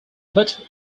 but